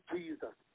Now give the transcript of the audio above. Jesus